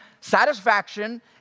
satisfaction